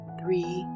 three